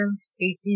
safety